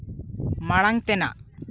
ᱢᱟᱲᱟᱝ ᱛᱮᱱᱟᱜ